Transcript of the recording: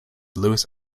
louis